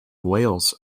wales